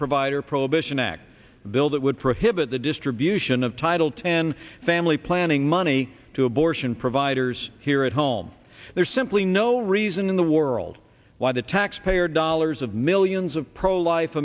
provider prohibition act a bill that would prohibit the distribution of title ten family planning money to abortion providers here at home there's simply no reason in the world why the taxpayer dollars of millions of pro life